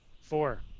Four